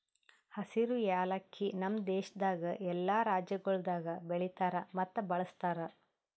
ಹಸಿರು ಯಾಲಕ್ಕಿ ನಮ್ ದೇಶದಾಗ್ ಎಲ್ಲಾ ರಾಜ್ಯಗೊಳ್ದಾಗ್ ಬೆಳಿತಾರ್ ಮತ್ತ ಬಳ್ಸತಾರ್